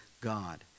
God